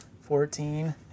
Fourteen